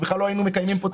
לא היינו מקימים פה את הדיון.